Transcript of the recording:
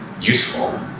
useful